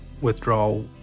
withdrawal